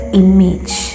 image